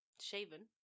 Shaven